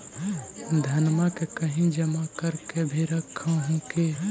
धनमा के कहिं जमा कर के भी रख हू की?